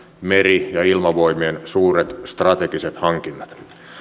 meri ja ilmavoimien suuret strategiset hankinnat